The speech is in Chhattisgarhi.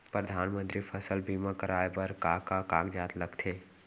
परधानमंतरी फसल बीमा कराये बर का का कागजात लगथे?